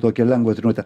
tokią lengvą treniruotę